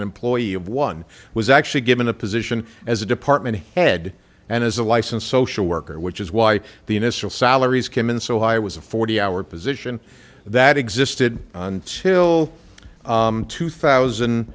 an employee of one was actually given a position as a department head and as a licensed social worker which is why the initial salaries came in so high it was a forty hour position that existed until two thousand